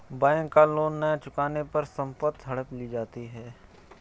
bank का loan न चुकाने पर संपत्ति हड़प ली जाती है